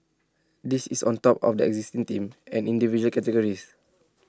this is on top of the exist team and individual categories